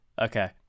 Okay